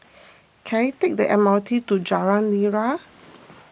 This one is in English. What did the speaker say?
can I take the M R T to Jalan Nira